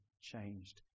changed